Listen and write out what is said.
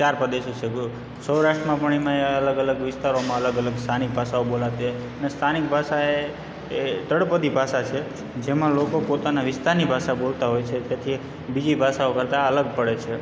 ચાર પ્રદેશો છે સૌરાષ્ટ્રમાં પણ એમાં અલગ અલગ વિસ્તારોમા અલગ અલગ સ્થાનિક ભાષાઓ બોલાતી હોય અને સ્થાનિક ભાષા એ તળપદી ભાષા છે જેમાં લોકો પોતાના વિસ્તારની ભાષા બોલતા હોય તેથી બીજી ભાષાઓ કરતાં અલગ પડે છે